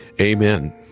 amen